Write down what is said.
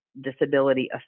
Disability